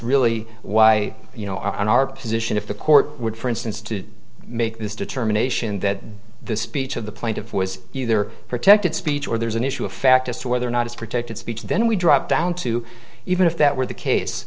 really why you know on our position if the court would for instance to make this determination that the speech of the plaintiff was either protected speech or there's an issue of fact as to whether or not it's protected speech then we drop down to even if that were the case